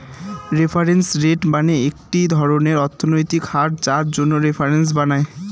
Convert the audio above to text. reference rate মানে একটি ধরনের অর্থনৈতিক হার যার জন্য রেফারেন্স বানায়